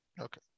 Okay